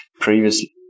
Previously